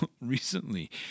recently